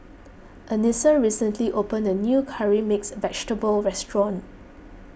Anissa recently opened a new Curry Mixed Vegetable restaurant